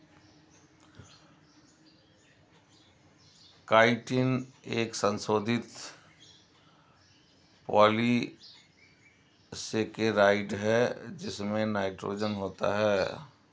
chitin एक संशोधित polysaccharide है जिसमें नाइट्रोजन होता है